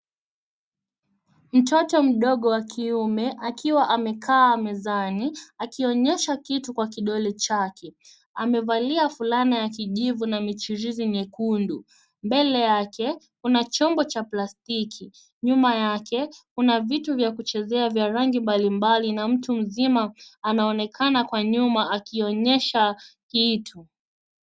Mtoto mdogo wa kiume akiwa amekaa mezani, akionyesha kitu Kwa kidole chake. Amevalia fulana ya kijivu na michirizi nyekundu. Mbele yake kuna chombo cha plastiki. Nyuma yake kuna vitu vya kuchezea vya rangi mbalimbali na mtu mzima anaonekana Kwa nyuma akionyesha kitu.